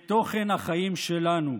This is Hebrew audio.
את תוכן החיים שלנו.